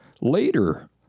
Later